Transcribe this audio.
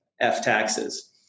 F-Taxes